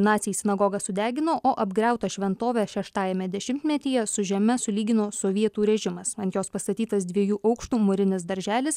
naciai sinagogą sudegino o apgriautą šventovę šeštajame dešimtmetyje su žeme sulygino sovietų režimas ant jos pastatytas dviejų aukštų mūrinis darželis